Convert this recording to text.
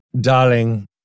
Darling